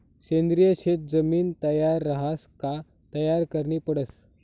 सेंद्रिय शेत जमीन तयार रहास का तयार करनी पडस